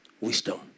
Wisdom